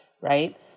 right